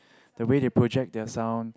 the way they project their sound